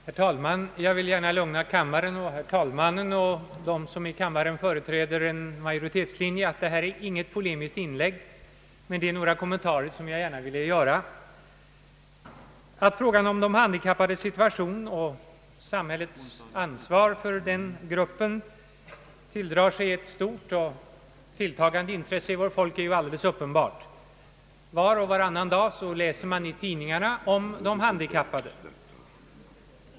Herr talman! Jag vill gärna lugna herr talmannen och dem som i kammaren och allmänna beredningsutskottet företräder majoritetslinjen med att det här inte är något polemiskt inlägg. Emellertid skulle jag gärna vilja göra några kommentarer. Att frågan om de handikappades situation och samhällets ansvar för den gruppen tilldrar sig ett stort och tilltagande intresse hos vårt folk är alldeles uppenbart. Var och varannan dag läser man i tidningarna om de handikappade.